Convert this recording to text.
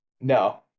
No